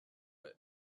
that